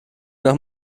nach